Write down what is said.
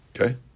Okay